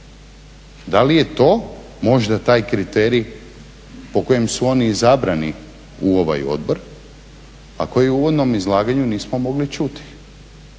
Da li je to možda taj kriterij po kojem su oni izabrani u ovaj odbor, a koji u uvodnom izlaganju nismo mogli čuti?